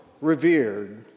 revered